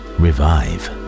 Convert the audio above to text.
revive